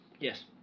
Yes